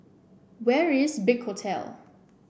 where is Big Hotel